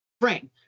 frame